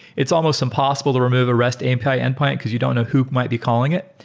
it's almost impossible to remove a rest api endpoint because you don't know who might be calling it.